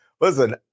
listen